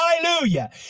Hallelujah